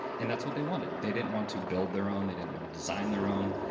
and that's what they wanted. they didn't want to build their own. they didn't want to design their own.